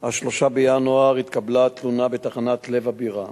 3 בינואר התקבלה תלונה בתחנת "לב הבירה",